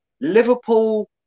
Liverpool